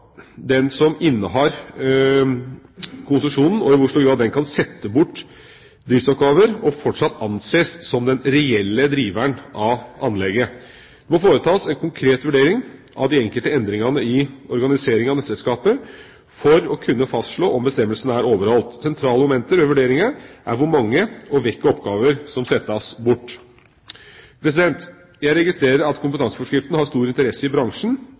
den som innehar konsesjonen, kan sette bort driftsoppgaver og fortsatt anses som den reelle driveren av anlegget. Det må foretas en konkret vurdering av de enkelte endringene i organiseringen av nettselskapet for å kunne fastslå om bestemmelsene er overholdt. Sentrale momenter ved vurderinga er hvor mange og hvilke oppgaver som settes bort. Jeg registrerer at kompetanseforskriften har stor interesse i bransjen,